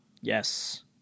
Yes